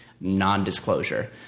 non-disclosure